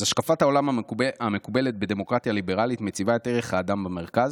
אז השקפת העולם המקובלת בדמוקרטיה ליברלית מציבה את ערך האדם במרכז.